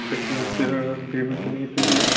اچھا ٹھیٖک تہٕ بیٚیہِ ؤنۍتو مےٚ یہِ تہٕ یہِ